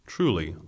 Truly